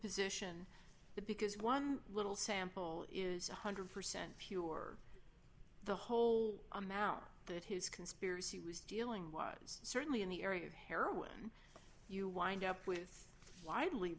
position because one little sample is one hundred percent pure the whole amount that his conspiracy was dealing was certainly in the area of heroin you wind up with widely